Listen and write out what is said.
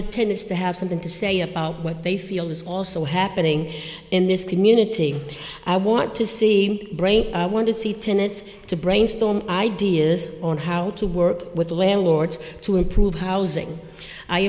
the tenants to have something to say about what they feel is also happening in this community i want to see break i want to see tennis to brainstorm ideas on how to work with landlords to improve housing i